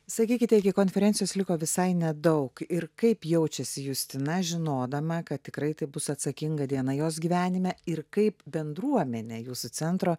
sakykite iki konferencijos liko visai nedaug ir kaip jaučiasi justina žinodama kad tikrai tai bus atsakinga diena jos gyvenime ir kaip bendruomenė jūsų centro